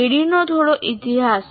ADDIE નો થોડો ઇતિહાસ